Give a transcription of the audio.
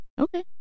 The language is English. Okay